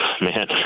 man